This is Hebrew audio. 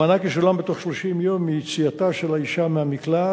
המענק ישולם בתוך 30 יום מיציאתה של האשה מהמקלט,